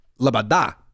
Labada